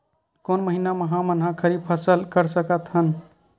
कोन महिना म हमन ह खरीफ फसल कर सकत हन?